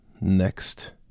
next